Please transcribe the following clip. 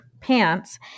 pants